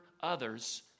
others